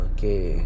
Okay